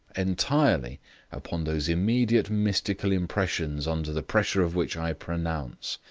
entirely upon those immediate mystical impressions under the pressure of which i pronounce,